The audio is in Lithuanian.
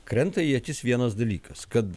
krenta į akis vienas dalykas kad